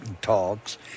talks